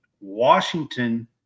Washington